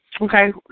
Okay